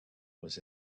was